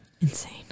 Insane